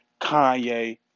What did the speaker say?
Kanye